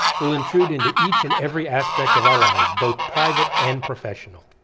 will intrude into each and every aspect of our lives, both private and professional.